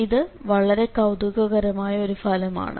ഇത് വളരെ കൌതുകകരമായ ഒരു ഫലമാണ്